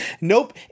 Nope